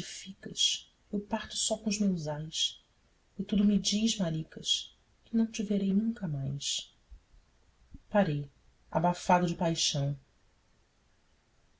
ficas eu parto só com os meus ais e tudo me diz maricas que não te verei nunca mais parei abafado de paixão